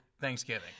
Thanksgiving